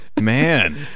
man